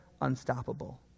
unstoppable